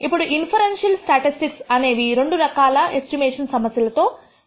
ఇప్పుడు inferential statistics అనేది రెండు రకాల ఎస్టిమేషన్ సమస్యల తో వ్యవహరిస్తుంది